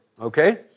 okay